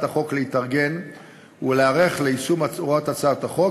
החוק להתארגן ולהיערך ליישום הוראות הצעת החוק,